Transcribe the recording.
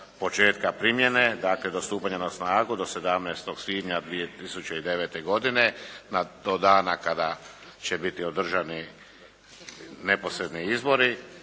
početka primjene, dakle do stupanja na snagu do 17. svibnja 2009. godine do dana kada će biti održani neposredni izbori,